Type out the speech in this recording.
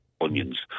onions